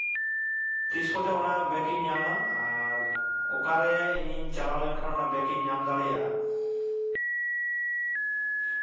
ᱛᱤᱥ ᱠᱚᱛᱮ ᱚᱱᱟ ᱵᱮᱜᱽ ᱤᱧ ᱧᱟᱢᱟ ᱟᱨ ᱚᱠᱟᱨᱮ ᱤᱧᱤᱧ ᱪᱟᱞᱟᱣ ᱞᱟᱱᱠᱷᱟᱱ ᱚᱱᱟ ᱵᱮᱜᱽ ᱤᱧ ᱧᱟᱢ ᱫᱟᱲᱮᱭᱟᱜᱼᱟ